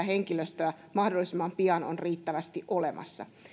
henkilöstöä mahdollisimman pian on riittävästi olemassa